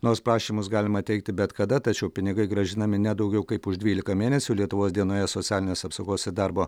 nors prašymus galima teikti bet kada tačiau pinigai grąžinami ne daugiau kaip už dvylika mėnesių lietuvos dienoje socialinės apsaugos ir darbo